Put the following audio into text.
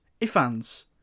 Ifans